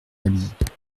habit